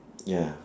ya